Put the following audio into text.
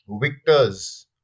victors